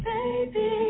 Baby